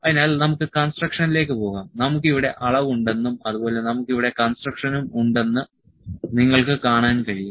അതിനാൽ നമുക്ക് കൺസ്ട്രക്ഷനിലേക്ക് പോകാം നമുക്ക് ഇവിടെ അളവുണ്ടെന്നും അതുപോലെ നമുക്ക് ഇവിടെ കൺസ്ട്രക്ഷനും ഉണ്ടെന്ന് നിങ്ങൾക്ക് കാണാൻ കഴിയും